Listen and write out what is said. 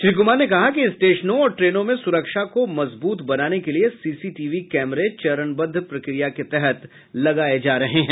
श्री कुमार ने कहा कि स्टेशनों और ट्रेनों में सुरक्षा को मजबूत बनाने के लिए सीसीटीवी कैमरे चरणबद्ध प्रक्रिया के तहत लगाये जा रहे हैं